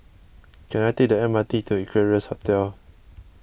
can I take the M R T to Equarius Hotel